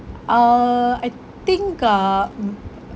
uh I think uh mm